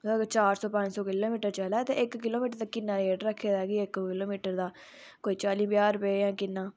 अगर चार सौ पंज सौ किलोमिटर चले ते इक किलोमिटर दा किन्ना रेट रक्खे दा कि इक किलोमिटर दा कोई चाली पंजाह् रुपये किन्ना